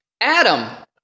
Adam